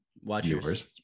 viewers